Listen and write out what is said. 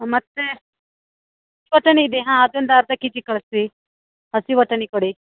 ಮತ್ತು ಬಟಾಣಿ ಇದೆಯಾ ಹಾಂ ಅದೊಂದು ಅರ್ಧ ಕೆ ಜಿ ಕಳಿಸಿ ಹಸಿ ಬಟಾಣಿ ಕೊಡಿ